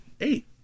Eight